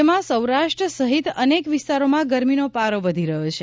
રાજ્યમાં સૌરાષ્ટ્ર સહિત અનેક વિસ્તારોમાં ગરમીનો પારો વધી રહ્યો છે